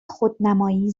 خودنمایی